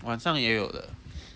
晚上也有的